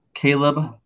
Caleb